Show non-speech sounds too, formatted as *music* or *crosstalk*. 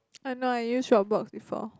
*noise* I know I use your box before